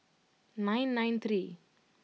nine nine three